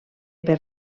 per